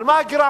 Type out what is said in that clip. על מה הגירעון?